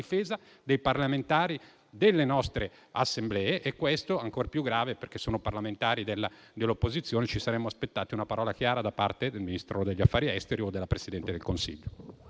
difesa dei parlamentari delle nostre Assemblee. Questo è ancor più grave perché sono parlamentari dell'opposizione. Ci saremmo aspettati una parola chiara da parte del Ministro degli affari esteri o della Presidente del Consiglio.